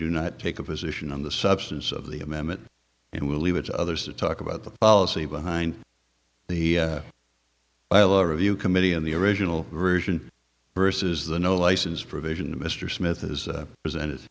do not take a position on the substance of the amendment and will leave it to others to talk about the policy behind the ilo review committee in the original version versus the no license provision of mr smith as presented